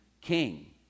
king